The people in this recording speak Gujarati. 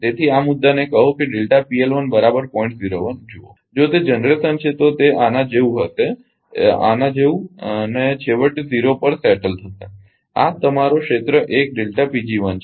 તેથી આ મુદ્દાને કહો કે જુઓ જો તે જનરેશન છે તો તે આના જેવું હશે આ આના જેવું અને છેવટે 0 પર સ્થાયી થશે આ તમારો ક્ષેત્ર 1 છે